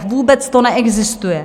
Vůbec to neexistuje.